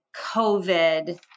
COVID